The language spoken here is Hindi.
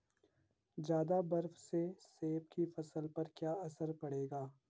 ज़्यादा बर्फ से सेब की फसल पर क्या असर पड़ेगा?